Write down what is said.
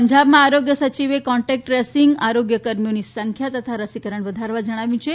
પંજાબમાં આરોગ્ય સયિવે કોન્ટેક ટ્રેસિંગ આરોગ્ય કર્મીઓની સંખ્યા તથા રસીકરણ વધારવા જણાવ્યું છે